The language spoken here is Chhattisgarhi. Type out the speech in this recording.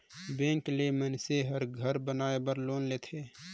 बेंक ले मइनसे हर घर बनाए बर लोन लेथे